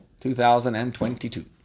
2022